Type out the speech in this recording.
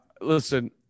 Listen